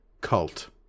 cult